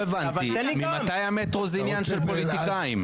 לא הבנתי ממתי המטרו זה עניין של פוליטיקאים?